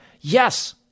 Yes